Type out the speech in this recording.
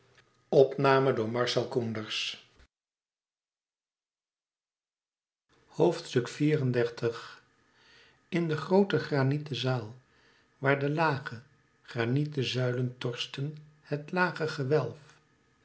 in de groote granieten zaal waar de lage granieten zuilen torsten het lage gewelf